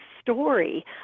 story